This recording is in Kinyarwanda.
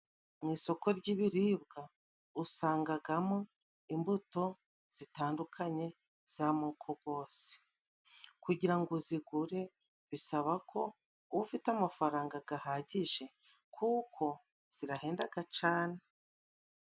Mu isoko ry'ibiribwa usangagamo imbuto zitandukanye z'amoko gose, kugira ngo uzigure bisaba ko uba ufite amafaranga gahagije kuko zirahendaga cane.